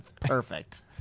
perfect